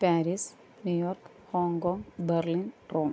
Paris New York Hong Kong Berlin tron